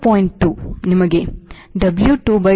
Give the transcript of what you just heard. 2 ನಿಮಗೆ W2W1 is 0